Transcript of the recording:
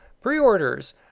pre-orders